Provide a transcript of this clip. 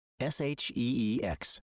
S-H-E-E-X